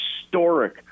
historic